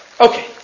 Okay